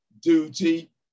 duty